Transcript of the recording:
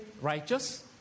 righteous